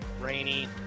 rainy